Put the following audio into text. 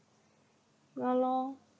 ya lor